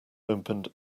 opened